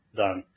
done